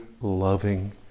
loving